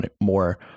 more